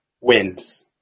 wins